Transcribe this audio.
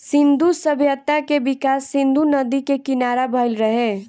सिंधु सभ्यता के विकास सिंधु नदी के किनारा भईल रहे